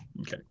Okay